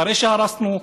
אחרי שהרסנו,